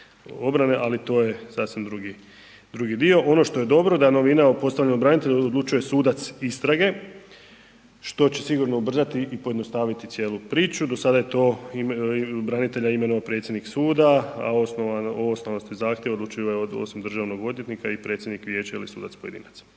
ali to je sasvim drugi dio. Ono što je dobro da novina o postavljenom branitelju odlučuje sudac istrage što će sigurno ubrzati i pojednostaviti cijelu priču. Do sada je tog branitelja imenovao predsjednik suda, a o osnovanosti zahtjeva odlučuje osim državnog odvjetnika i predsjednik vijeća ili sudac pojedinac.